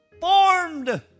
Formed